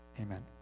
amen